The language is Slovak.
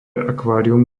akvárium